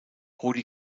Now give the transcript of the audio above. rudi